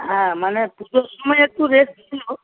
হ্যাঁ মানে পুজোর সময় একটু রেট ছিলো